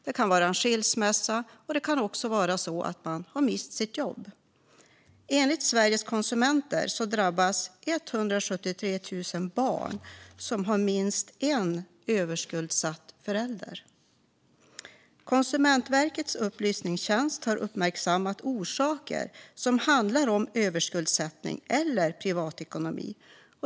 Det kan handla om en skilsmässa eller om att man har mist sitt jobb. Enligt Sveriges Konsumenter har 173 000 barn minst en överskuldsatt förälder. Konsumentverkets upplysningstjänst har uppmärksammat orsaker kopplade till överskuldsättning eller privatekonomi.